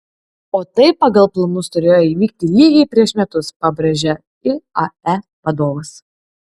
o tai pagal planus turėjo įvykti lygiai prieš metus pabrėžė iae vadovas